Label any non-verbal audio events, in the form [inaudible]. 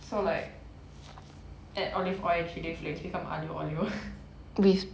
so like add olive oil and chilli flakes become aglio olio [laughs]